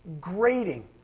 Grating